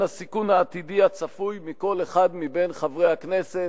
הסיכון העתידי הצפוי מכל אחד מחברי הכנסת,